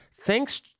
thanks